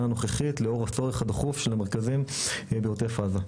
הנוכחית לאור הצורך הדחוף של המרכזים בעוטף עזה.